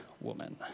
woman